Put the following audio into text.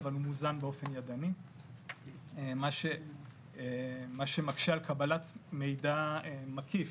אבל מוזן באופן ידני מה שמקשה על קבלת מידע מקיף.